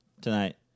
tonight